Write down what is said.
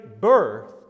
birth